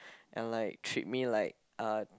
and treat me like a